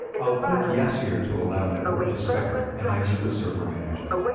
i'll click yes here to allow network discovery, and exit the server manager.